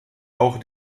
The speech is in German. auch